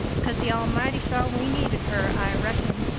because the almighty saw we needed her, i reckon.